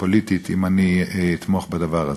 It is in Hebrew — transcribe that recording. פוליטית אם אני אתמוך בדבר הזה.